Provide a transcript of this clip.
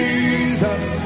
Jesus